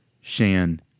Shan